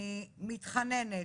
אני מתחננת,